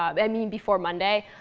i mean before monday.